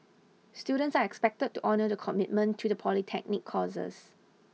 students are expected to honour the commitment to the polytechnic courses